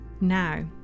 Now